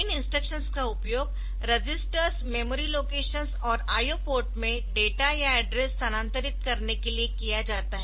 इन instructions का उपयोग registers memory locations और IO पोर्ट में डेटा या एड्रेस स्थानांतरित करने के लिए किया जाता है